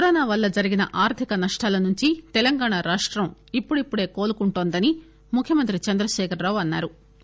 corona వల్ల జరిగిన ఆర్ధిక నష్టాల నుంచి తెలంగాణా రాష్టం ఇప్పుడిప్పుడే కోలుకుంటోందని ముఖ్యమంత్రి చంద్రశేఖర్ రావు అన్నా రు